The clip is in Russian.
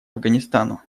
афганистану